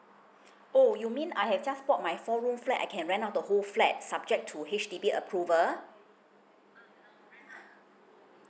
oh you mean I have just bought my four room flat I can rent out the whole flat subject to H_D_B approval